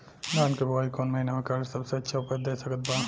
धान के बुआई कौन महीना मे करल सबसे अच्छा उपज दे सकत बा?